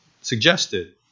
suggested